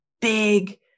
big